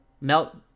Melt